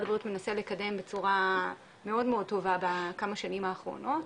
הבריאות מנסה לקדם בצורה מאוד טובה בכמה שנים האחרונות,